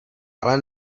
ale